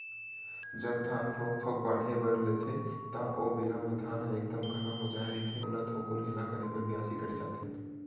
जब धान थोक थोक बाड़हे बर लेथे ता ओ बेरा म धान ह एकदम घना हो जाय रहिथे ओला थोकुन हेला करे बर बियासी करे जाथे